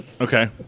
Okay